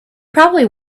probably